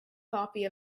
copy